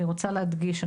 אני רוצה להדגיש.